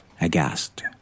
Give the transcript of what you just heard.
aghast